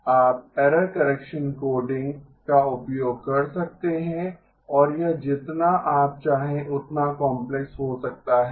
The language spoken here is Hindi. आप एरर करेक्शन कोडिंग का उपयोग कर सकते हैं और यह जितना आप चाहें उतना काम्प्लेक्स हो सकता है